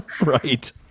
Right